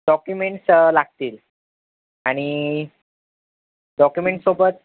documents लागतील आणि डॉक्यूमेंट्ससोबत